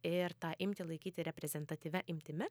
ir tą imtį laikyti reprezentatyvia imtimi